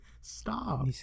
Stop